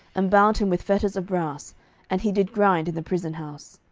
and bound him with fetters of brass and he did grind in the prison house.